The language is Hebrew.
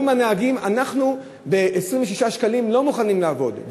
אומרים הנהגים: אנחנו ב-26 שקלים לא מוכנים לעבוד.